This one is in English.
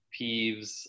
peeves